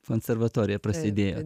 konservatorija prasidėjo